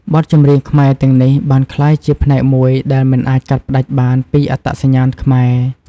បទចម្រៀងខ្មែរទាំងនេះបានក្លាយជាផ្នែកមួយដែលមិនអាចកាត់ផ្តាច់បានពីអត្តសញ្ញាណខ្មែរ។